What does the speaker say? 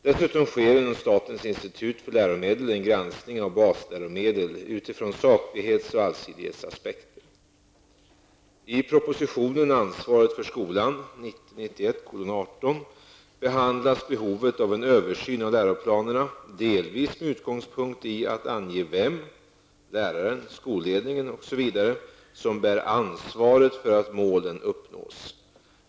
Dessutom sker inom statens institut för läromedel en granskning av basläromedel utifrån saklighets och allsidighetsaspekter. behandlas behovet av en översyn av läroplanerna delvis med utgångspunkt i att ange vem -- läraren, skolledningen osv. -- som bär ansvaret för att målen uppnås.